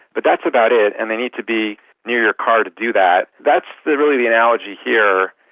but that's about it, and they need to be near your car to do that. that's really the analogy here.